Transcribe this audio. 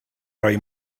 roi